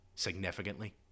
significantly